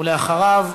ולאחריו,